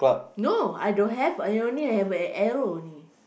no I don't have I only have the arrow only